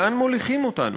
לאן מוליכים אותנו?